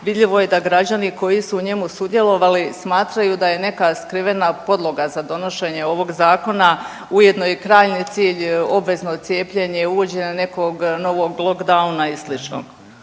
vidljivo je da građani koji su u njemu sudjelovali smatraju da je neka skrivena podloga za donošenje ovog zakona ujedno i krajnji cilj obvezno cijepljenje, uvođenje nekog novog lockdowna i sl.